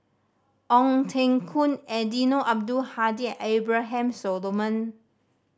Ong Teng Koon Eddino Abdul Hadi and Abraham Solomon